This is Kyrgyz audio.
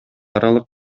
аралык